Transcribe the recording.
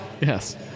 Yes